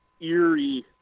eerie